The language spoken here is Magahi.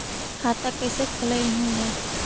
खाता कैसे खोलैलहू हे?